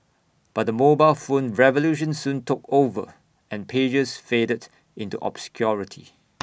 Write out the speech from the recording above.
but the mobile phone revolution soon took over and pagers faded into obscurity